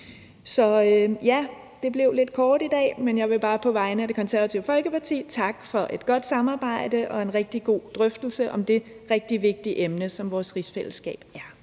Så ja, det blev lidt kort i dag, men jeg vil bare på vegne af Det Konservative Folkeparti takke for et godt samarbejde og en rigtig god drøftelse om det rigtig vigtige emne, som vores rigsfællesskab er.